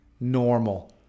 normal